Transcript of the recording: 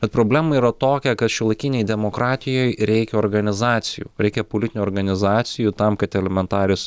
bet problema yra tokia kad šiuolaikinėj demokratijoj reikia organizacijų reikia politinių organizacijų tam kad elementarios